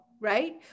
right